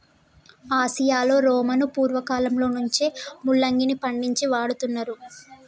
ఆసియాలో రోమను పూర్వకాలంలో నుంచే ముల్లంగిని పండించి వాడుతున్నారు